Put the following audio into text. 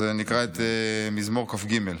אני אקרא את מזמור כ"ג: